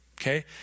okay